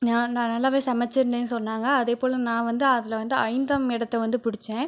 நான் நான் நல்லாவே சமைச்சிருந்தேன்னு சொன்னாங்க அதே போல் நான் வந்து அதில் வந்து ஐந்தாம் இடத்தை வந்து பிடித்தேன்